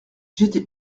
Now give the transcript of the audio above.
j’étais